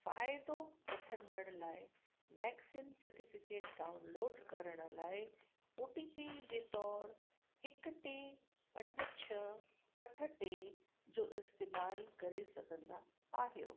फ़ाइदो वठंदड़ लाइ वैक्सीन सर्टिफिकेट डाउनलोड करण लाइ ओ टी पी जे तौरु हिकु टे पंज छह अठ टे जो इस्तेमालु करे सघंदा आहियो